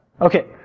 Okay